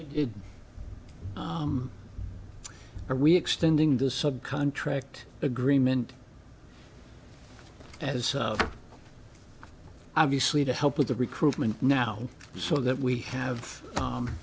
and are we extending the sub contract agreement as obviously to help with the recruitment now so that we have